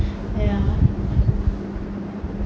ya